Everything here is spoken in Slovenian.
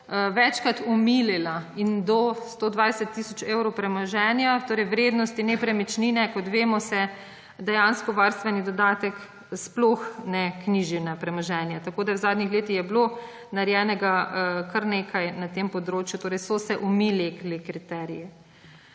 večkrat omilila. In do 120 tisoč evrov premoženja, torej vrednosti nepremičnine, kot vemo, se dejansko varstveni dodatek sploh ne knjiži na premoženje. Tako, da v zadnjih letih je bilo narejenega kar nekaj na tem področju, torej so se omilili kriteriji.